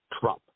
Trump